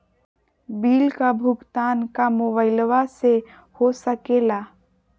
Bill का भुगतान का मोबाइलवा से हो सके ला?